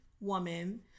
woman